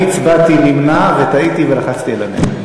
אני הצבעתי נמנע וטעיתי ולחצתי על הנגד.